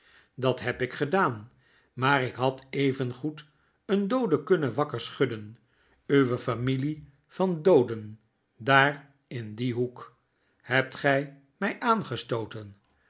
dat heb ik gedaan maar ik had evengoed een doode kunnen wakker schudden uwe familie van dooden ddar in dien hoek hebt gij mij aangestooten